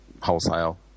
wholesale